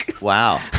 Wow